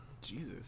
Jesus